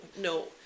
no